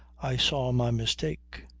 i saw my mistake.